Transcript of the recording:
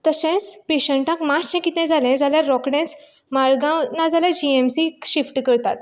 तशेंच पेशंटाक मात्शें कितें जालें जाल्यार रोखडेंच मारगांव ना जाल्यार जीएमसींत शिफ्ट करतात